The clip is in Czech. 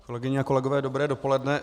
Kolegyně a kolegové, dobré dopoledne.